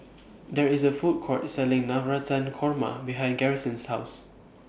There IS A Food Court Selling Navratan Korma behind Garrison's House